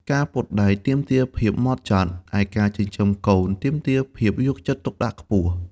ការពត់ដែកទាមទារភាពហ្មត់ចត់ ឯការចិញ្ចឹមកូនទាមទារភាពយកចិត្តទុកដាក់ខ្ពស់។